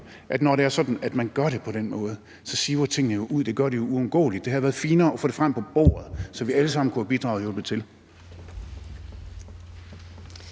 at når det er sådan, at man gør det på den måde, så siver tingene jo ud. Det gør de jo uundgåeligt. Det havde været finere at få det frem på bordet, så vi alle sammen kunne have bidraget og hjulpet til.